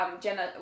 Jenna